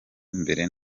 mbere